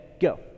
Go